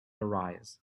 arise